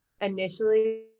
initially